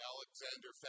Alexander